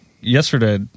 yesterday